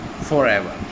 forever